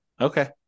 Okay